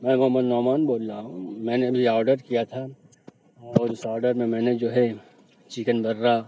میں محمد نعمان بول رہا ہوں میں نے ابھی آڈر کیا تھا اور اُس آڈر میں نے جو ہے چکن برّہ